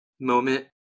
moment